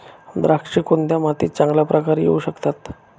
द्राक्षे कोणत्या मातीत चांगल्या प्रकारे येऊ शकतात?